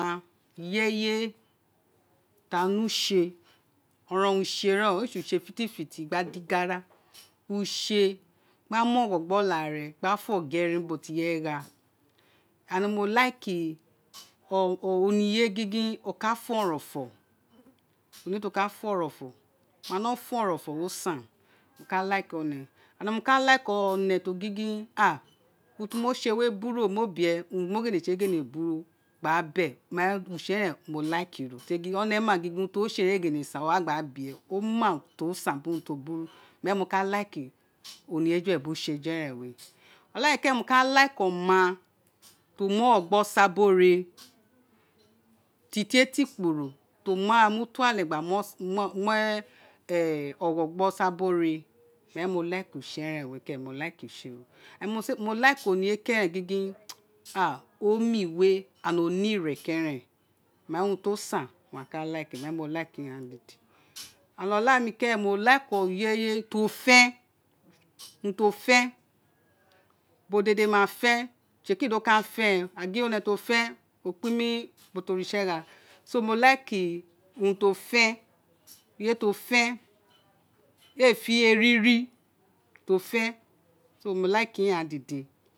Irẹyé ti aghan nẹ usé oronron use re o, éè sé use fiti fiti gba di gara usé gba mu ogho gbe oláàre gba fo gere ni ubo ti ireye gha and mo like oniye gingin o ka fo oronfo o ma no fo oronfọ o san mo ka like one and mo ka like o ne to girojin a urun ti mo sé wé buru mo bi e urun to mo sé ghete buru mo be mo gin use eren ruo like ro tori o ne ma gin urun ti osé éè ghele san o wa wa gba bi e gin o ma urun ti o san biri urun ti o buru nean mo kalike o oniye eju eren né oláàre kẹrẹn mo ka like oma ti o ka mu ọghọ gbẹ osa biri ọre ti tié ti kporo to mu ara mu to ale gba gba mu ọghọ gbe osa biri ore ma mo like usé eju eren wé ke ren mo like usé ro mo like oniye keren gingin omo inoe and o ne ve keren ma urun o san mo ka like ma mo like use ghan dede and oláà mi keren mo like ireyé ti o fem urun to fen iubo dede ma fen itsekiri do ka fen a gin o ne to fen o kpi ma ubo ti oritse gha so me like urun tio fen oniye to fen méè fe eriri to fen somo like ighaan dede